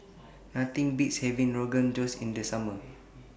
Nothing Beats having Rogan Josh in The Summer